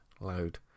load